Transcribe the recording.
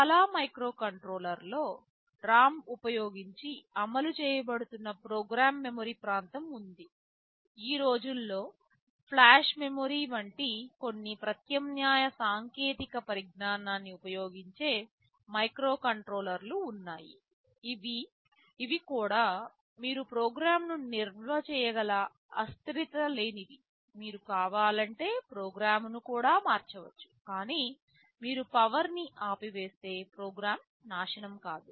చాలా మైక్రోకంట్రోలర్లలో ROM ఉపయోగించి అమలు చేయబడుతున్న ప్రోగ్రామ్ మెమరీ ప్రాంతం ఉంది ఈ రోజుల్లో ఫ్లాష్ మెమరీ వంటి కొన్ని ప్రత్యామ్నాయ సాంకేతిక పరిజ్ఞానాన్ని ఉపయోగించే మైక్రోకంట్రోలర్లు ఉన్నాయి ఇవి కూడా మీరు ప్రోగ్రామ్ను నిల్వ చేయగల అస్థిరత లేనివి మీరు కావాలంటే ప్రోగ్రామ్ను కూడా మార్చవచ్చు కానీ మీరు పవర్ ని ఆపివేస్తే ప్రోగ్రామ్ నాశనం కాదు